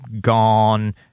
gone